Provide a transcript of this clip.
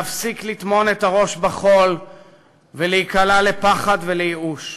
להפסיק לטמון את הראש בחול ולהיקלע לפחד ולייאוש.